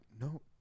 no